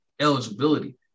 eligibility